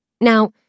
Now